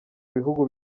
bihugu